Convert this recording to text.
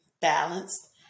balanced